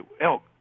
Elk